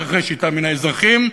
אנחנו רוצים לתת את הכיסוי הזה לאזרחים.